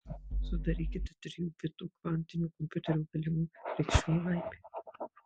sudarykite trijų bitų kvantinio kompiuterio galimų reikšmių aibę